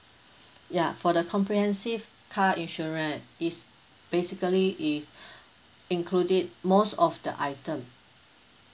ya for the comprehensive car insurance it's basically if including most of the item